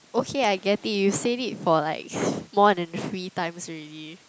okay I get it you said it for like more than three times already